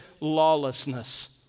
lawlessness